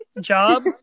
Job